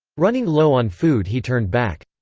running low on food he turned back.